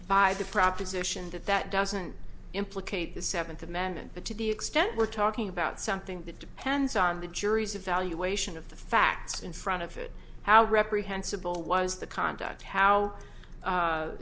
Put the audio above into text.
buy the proposition that that doesn't implicate the seventh amendment but to the extent we're talking about something that depends on the jury's evaluation of the facts in front of it how reprehensible was the conduct how